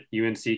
unc